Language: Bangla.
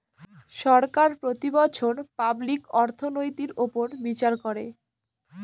সরকার প্রতি বছর পাবলিক অর্থনৈতির উপর বিচার করে